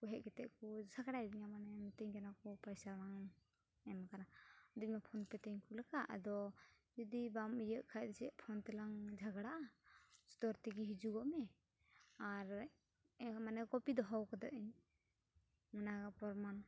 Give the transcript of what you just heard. ᱦᱮᱡ ᱠᱟᱛᱮᱫ ᱠᱚ ᱡᱷᱟᱜᱽᱲᱟᱮᱫᱤᱧᱟ ᱢᱮᱛᱟᱹᱧ ᱠᱟᱱᱟᱠᱚ ᱯᱟᱭᱥᱟ ᱵᱟᱢ ᱮᱢ ᱠᱟᱱᱟ ᱟᱫᱚ ᱤᱧᱢᱟ ᱯᱷᱳᱱ ᱯᱮᱹ ᱛᱮᱧ ᱠᱩᱞ ᱟᱠᱟᱫ ᱟᱫᱚ ᱡᱩᱫᱤ ᱵᱟᱢ ᱤᱭᱟᱹᱜ ᱠᱷᱟᱱ ᱪᱮᱫ ᱯᱷᱳᱱ ᱛᱮᱞᱟᱝ ᱡᱷᱟᱜᱽᱲᱟᱜᱼᱟ ᱥᱴᱳᱨ ᱛᱮᱜᱮ ᱦᱤᱡᱩᱜᱚᱜ ᱢᱮ ᱟᱨ ᱢᱟᱱᱮ ᱠᱚᱯᱤ ᱫᱚᱦᱚᱣ ᱠᱟᱹᱫᱟᱹᱟᱹᱧ ᱚᱱᱟ ᱯᱚᱨᱢᱟᱱ